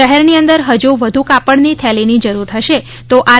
શહેરની અંદર હજુ વધુ કાપડની થેલીની જરૂરિયાત હશે તો આર